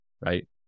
right